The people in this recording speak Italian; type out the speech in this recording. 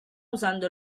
usando